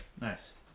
nice